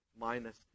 minus